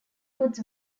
goods